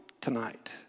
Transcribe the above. tonight